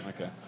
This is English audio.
Okay